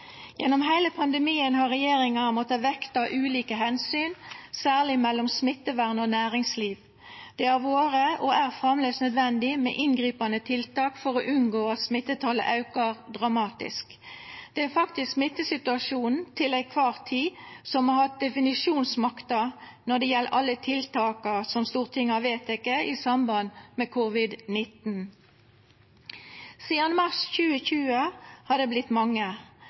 Gjennom heile pandemien har regjeringa måtta vekta ulike omsyn, særleg mellom smittevern og næringsliv. Det har vore og er framleis nødvendig med inngripande tiltak for å unngå at smittetalet aukar dramatisk. Det er faktisk smittesituasjonen til kvar tid som har hatt definisjonsmakta når det gjeld alle tiltaka som Stortinget har vedteke i samband med covid-19. Sidan mars 2020 har det vorte mange.